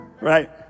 Right